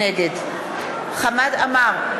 נגד חמד עמאר,